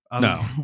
No